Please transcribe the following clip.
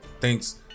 Thanks